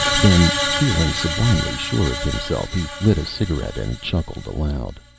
then, feeling sublimely sure of himself, he lit a cigarette and chuckled aloud.